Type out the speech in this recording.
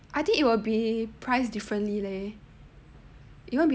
I think it will be priced differently leh it won't be